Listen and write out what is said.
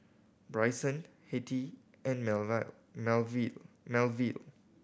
Bryson Hetty and Melville